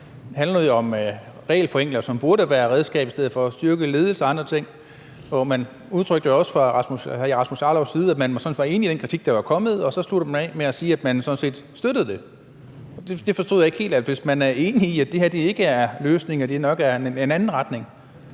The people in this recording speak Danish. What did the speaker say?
Den handlede jo om regelforenklinger, som burde være redskabet, i stedet for at man styrker ledelse og andre ting. Og man udtrykte jo også fra hr. Rasmus Jarlovs side, at man sådan var enig i den kritik, der var kommet, men så sluttede man af med at sige, at man sådan set støttede det. Det forstod jeg ikke helt. Altså, hvis man er enig i, at det her ikke er løsningen, og at det nok skal være en anden retning,